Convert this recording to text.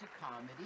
comedy